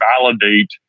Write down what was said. validate